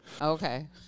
Okay